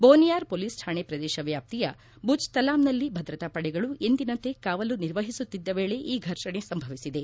ಬೋನಿಯಾರ್ ಚ ಪೊಲೀಸ್ ಕಾಣೆ ಪ್ರದೇಶ ವ್ಯಾಪ್ತಿಯ ಭುಜ್ತಲಾಮ್ನಲ್ಲಿ ಭದ್ರತಾಪಡೆಗಳು ಎಂದಿನಂತೆ ಕಾವಲು ನಿರ್ವಹಿಸುತ್ತಿದ್ದ ವೇಳೆ ಈ ಘರ್ಷಣೆ ಸಂಭವಿಸಿದೆ